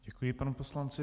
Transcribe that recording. Děkuji panu poslanci.